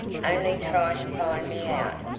only try to find me out,